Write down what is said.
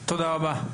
תודה רבה.